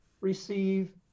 receive